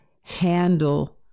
handle